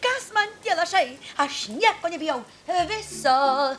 kas man tie lašai aš nieko nebijau viso